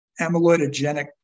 amyloidogenic